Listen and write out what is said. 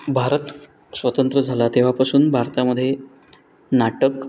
भारत स्वतंत्र झाला तेव्हापासून भारतामध्ये नाटक